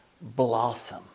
blossom